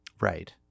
right